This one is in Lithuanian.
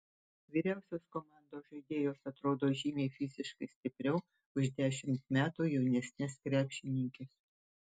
vyriausios komandos žaidėjos atrodo žymiai fiziškai stipriau už dešimt metų jaunesnes krepšininkes